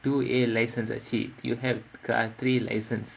two A license I see you have ~ three license